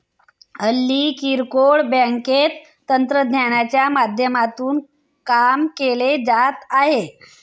हल्ली किरकोळ बँकेत तंत्रज्ञानाच्या माध्यमातून काम केले जात आहे